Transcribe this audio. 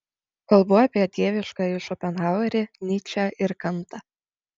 kalbu apie dieviškąjį šopenhauerį nyčę ir kantą